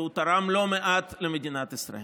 והוא תרם לא מעט למדינת ישראל,